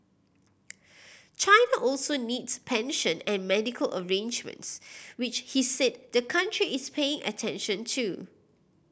China also needs pension and medical arrangements which he said the country is paying attention to